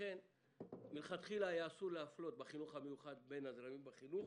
לכן מלכתחילה היה אסור להפלות בחינוך המיוחד בין הזרמים בחינוך,